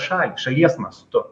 šalį šalies mastu